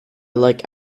like